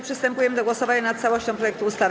Przystępujemy do głosowania nad całością projektu ustawy.